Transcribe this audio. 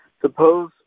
Suppose